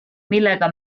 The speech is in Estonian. millega